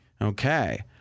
Okay